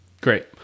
great